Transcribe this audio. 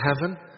heaven